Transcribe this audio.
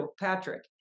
Patrick